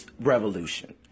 revolution